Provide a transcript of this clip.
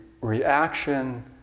reaction